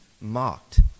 mocked